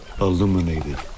illuminated